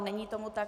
Není tomu tak.